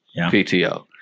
PTO